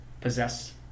possess